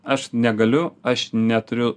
aš negaliu aš neturiu